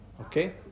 okay